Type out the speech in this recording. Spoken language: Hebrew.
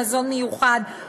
מזון מיוחד,